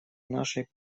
нашей